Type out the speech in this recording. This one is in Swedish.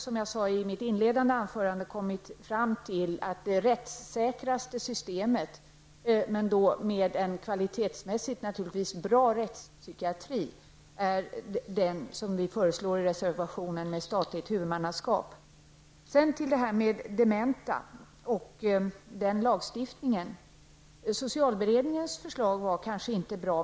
Som jag sade i mitt inledande anförande har vi kommit fram till att det rättssäkraste systemet, naturligtvis med en kvalitetsmässigt bra rättspsykiatri, är det som vi föreslår i reservationen, dvs. statligt huvudmannaskap. Sedan till frågan om dementa och lagstiftningen. Socialberedningens förslag var kanske inte bra.